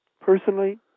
personally